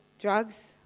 drugs